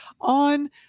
on